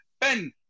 Ben